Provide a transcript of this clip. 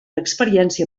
experiència